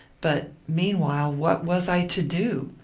but, meanwhile, what was i to do?